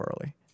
early